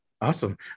Awesome